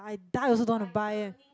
die also don't want to buy